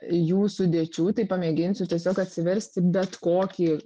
jų sudėčių tai pamėginsiu tiesiog atsiversti bet kokį